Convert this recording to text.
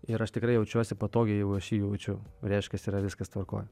ir aš tikrai jaučiuosi patogiai jeigu aš jį jaučiu reiškiasi yra viskas tvarkoj